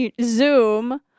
Zoom